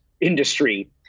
industry